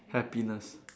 happiness